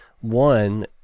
one